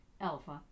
Alpha